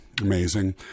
Amazing